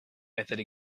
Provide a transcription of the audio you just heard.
methods